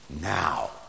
Now